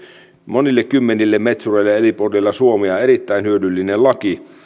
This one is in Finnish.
monille kymmenille metsureille eri puolilla suomea erittäin hyödyllinen laki